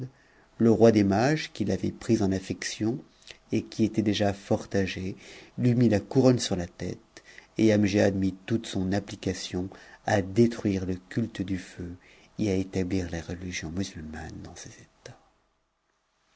le roi des mages qui l'avait pris en affectio et qui était déjà fort âge lui mit la couronne sur la tête et amgiad t toute son application à détruire le culte du feu et à établir la religion m sulmane dans ses états